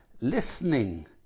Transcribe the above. listening